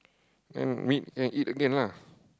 then meet and eat again lah